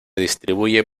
distribuye